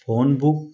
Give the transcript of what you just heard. phonebook